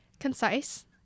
Concise